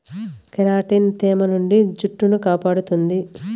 keratin తేమ నుండి జుట్టును కాపాడుతుంది